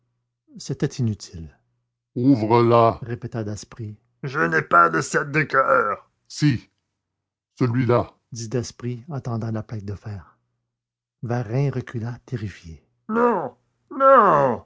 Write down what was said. c'était inutile ouvre la répéta daspry je n'ai pas de sept de coeur si celui-là dit daspry en tendant la plaque de fer varin recula terrifié non non